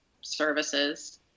services